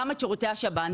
גם את שירותי שב"ן,